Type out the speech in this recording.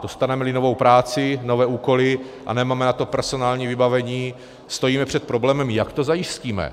Dostanemeli novou práci, nové úkoly a nemáme na to personální vybavení, stojíme před problémem, jak to zajistíme.